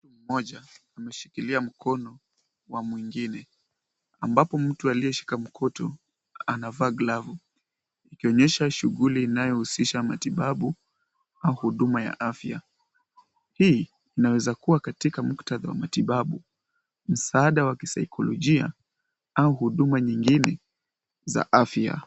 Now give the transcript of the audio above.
Mtu mmoja ameshikilia mkono wa mwingine ambapo mtu aliyeshika mkutu anavaa glavu ikionyesha shughuli inayohusisha matibabu au huduma ya afya. Hii inaweza kuwa katika muktadha wa matibabu, msaada wa kisaikolojia au huduma nyingine za afya.